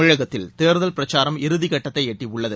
தமிழகத்தில் தேர்தல் பிரச்சாரம் இறுதி கட்டத்தை எட்டியுள்ளது